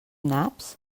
naps